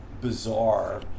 bizarre